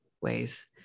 ways